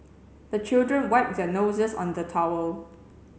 the children wipe their noses on the towel